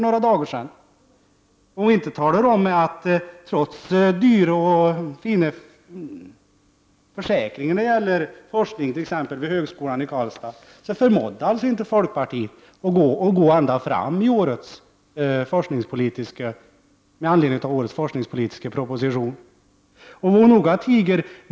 Vad hon heller inte talar om är att folkpartiet, trots dyra och fina försäkringar t.ex. när det gäller forskningen vid högskolan i Karlstad inte förmådde gå ända fram när det gällde årets forskningspolitiska proposition.